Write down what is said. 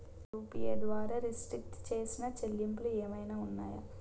UPI ద్వారా restrict చేసిన చెల్లింపులు ఏమైనా ఉన్నాయా?